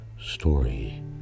story